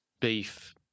beef